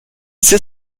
sait